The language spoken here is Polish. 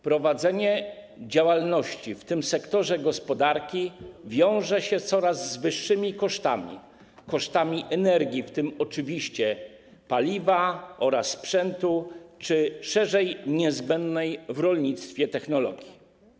Prowadzenie działalności w tym sektorze gospodarki wiąże się z coraz wyższymi kosztami, kosztami energii, w tym oczywiście paliwa, oraz sprzętu czy szerzej niezbędnej w rolnictwie technologii.